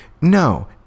No